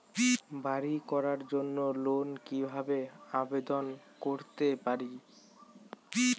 বাড়ি করার জন্য লোন কিভাবে আবেদন করতে পারি?